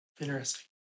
interesting